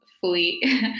fully